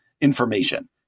information